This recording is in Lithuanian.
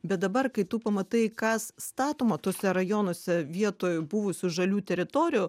bet dabar kai tu pamatai kas statoma tuose rajonuose vietoj buvusių žalių teritorijų